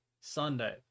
Sunday